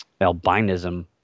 albinism